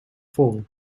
vol